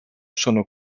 sono